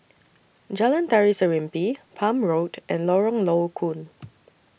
Jalan Tari Serimpi Palm Road and Lorong Low Koon